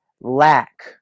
lack